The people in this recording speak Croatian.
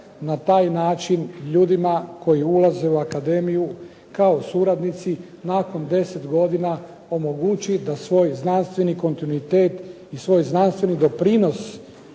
na taj način ljudima koji ulaze u akademiju kao suradnici nakon deset godina omogući da svoj znanstveni kontinuitet i svoj znanstveni doprinos